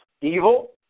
evil